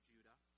Judah